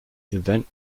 event